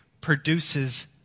produces